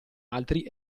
altri